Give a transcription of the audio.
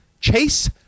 chase